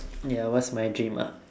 ya what's my dream ah